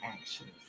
actions